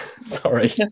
Sorry